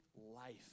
life